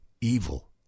evil